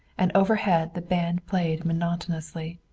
and overhead the band played monotonously.